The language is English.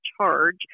charge